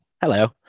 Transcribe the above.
Hello